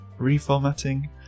reformatting